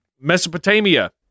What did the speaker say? Mesopotamia